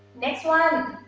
next one,